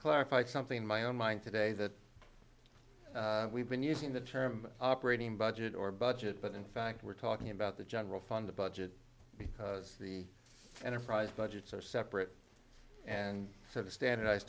clarified something in my own mind today that we've been using the term operating budget or budget but in fact we're talking about the general fund budget because the enterprise budgets are separate and so the standardized